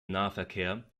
nahverkehr